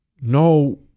No